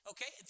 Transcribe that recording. Okay